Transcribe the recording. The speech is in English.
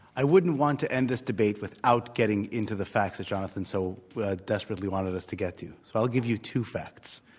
i wouldn't want to end this debate without getting into the facts that jonathan so ah desperately wanted us to get to. so i'll give you two facts.